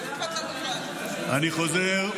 אני חוזר,